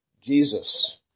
Jesus